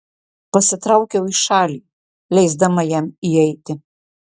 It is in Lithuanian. pasitraukiau į šalį leisdama jam įeiti